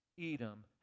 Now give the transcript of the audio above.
Edom